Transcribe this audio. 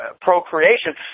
procreation